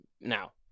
Now